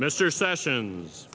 mr sessions